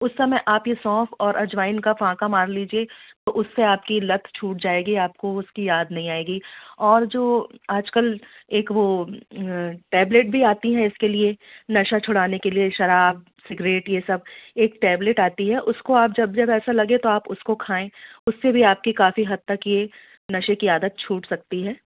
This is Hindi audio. उस समय आप यह सौंफ़ और अजवाइन का फाँका मार लीजिए तो उससे आपकी लत छूट जाएगी आपको उसकी याद नहीं आएगी और जो आज कल एक वह टैबलेट भी आती है इसके लिए नशा छुड़ाने के लिए शराब सिगरेट यह सब एक टेबलेट आती है उसको आप जब जब ऐसा लगे तो उसको खाएँ उससे भी आपकी काफ़ी हद तक ये नशे की आदत छूट सकती है